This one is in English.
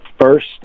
first